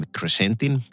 Crescentin